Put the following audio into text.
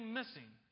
missing